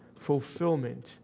fulfillment